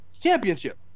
Championship